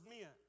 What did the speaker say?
men